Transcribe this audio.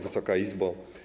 Wysoka Izbo!